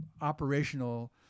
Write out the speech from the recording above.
operational